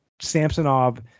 Samsonov